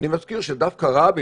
אני מזכיר שדווקא רבין,